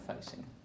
facing